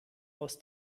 aus